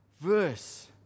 verse